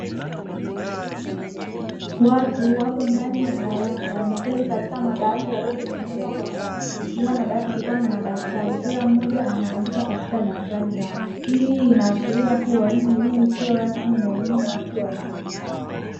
Watu wapo ndani ya darasa wameketi katika madawati yaliyotengenezwa kwa mbao. Juu ya madawati kukiwa kuna madaftari, kila mmoja anaandika katika daftari lake. Hii inaashiria kuwa hii ni elimu isiyo rasmi na elimu ya watu wazima.